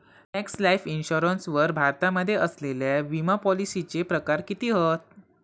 Max Life Insurance वर भारतामध्ये असलेल्या विमापॉलिसीचे प्रकार किती हत?